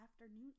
afternoon